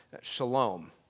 shalom